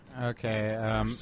Okay